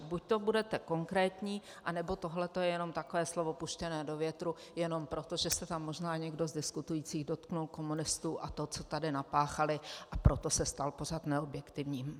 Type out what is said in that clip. Buďto budete konkrétní, anebo tohle je jenom takové slovo puštěné do větru jenom proto, že se tam možná někdo z diskutujících dotkl komunistů a toho, co tady napáchali, a proto se stal pořad neobjektivním.